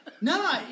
no